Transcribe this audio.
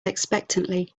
expectantly